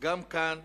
גם כאן